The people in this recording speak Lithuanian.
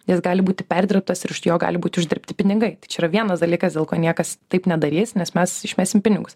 jis gali būti perdirbtas ir už jo gali būti uždirbti pinigai tai čia yra vienas dalykas dėl ko niekas taip nedarys nes mes išmesim pinigus